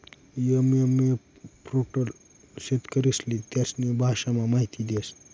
SMF portal शेतकरीस्ले त्यास्नी भाषामा माहिती देस